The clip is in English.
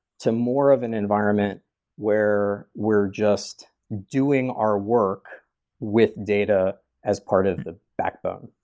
to more of an environment where we're just doing our work with data as part of the backbone.